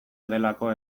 delako